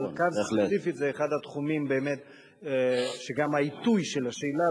אבל כאן ספציפית זה אחד התחומים שגם העיתוי של השאלה,